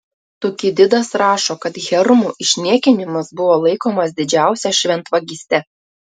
tukididas rašo kad hermų išniekinimas buvo laikomas didžiausia šventvagyste